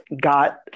got